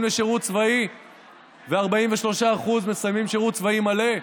לשירות צבאי ורק 43% מסיימים שירות צבאי מלא?